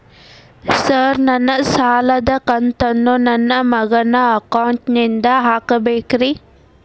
Sir ನನ್ನ ಸಾಲದ ಕಂತನ್ನು ನನ್ನ ಮಗನ ಅಕೌಂಟ್ ನಿಂದ ಹಾಕಬೇಕ್ರಿ?